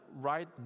right